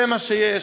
זה מה שיש.